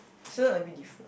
soon a bit different